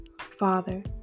Father